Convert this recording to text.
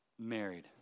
married